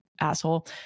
asshole